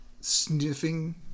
sniffing